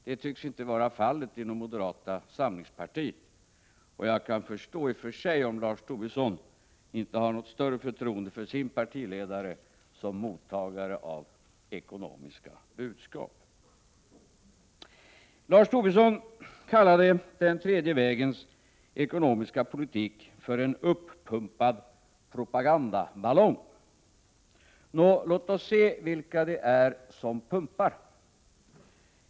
Det tycks inte vara fallet inom moderata samlingspartiet, och jag kan i och för sig förstå om Lars Tobisson inte har något större förtroende för sin partiledare som mottagare av ekonomiska budskap. Lars Tobisson kallade den tredje vägens ekonomiska politik en uppumpad propagandaballong. Nå, låt oss då se vilka det är som pumpar.